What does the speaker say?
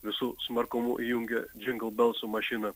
visu smarkumu įjungia džingl belsų mašiną